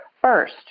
First